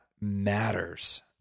matters